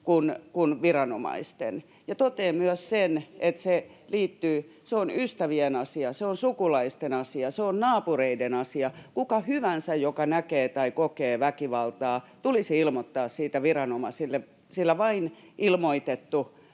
kuin viranomaisten. Totean myös sen, että se on myös ystävien asia, se on sukulaisten asia, se on naapureiden asia. Kenen hyvänsä, joka näkee tai kokee väkivaltaa, tulisi ilmoittaa siitä viranomaisille, sillä vain ilmoitettu asia